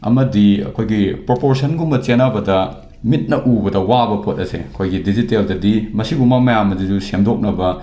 ꯑꯃꯗꯤ ꯑꯩꯈꯣꯏꯒꯤ ꯄ꯭ꯔꯣꯄꯣꯔꯁꯟꯒꯨꯝꯕ ꯆꯦꯟꯅꯕꯗ ꯃꯤꯠꯅ ꯎꯕꯗ ꯋꯥꯕ ꯄꯣꯠ ꯑꯁꯤ ꯑꯩꯈꯣꯏꯒꯤ ꯗꯤꯖꯤꯇꯦꯜꯗꯗꯤ ꯃꯁꯤꯒꯨꯝꯕ ꯃꯌꯥꯝ ꯑꯖꯤꯁꯨ ꯁꯦꯝꯗꯣꯛꯅꯕ